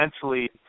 essentially